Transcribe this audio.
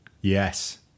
yes